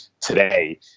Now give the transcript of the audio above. today